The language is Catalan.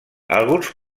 alguns